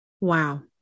Wow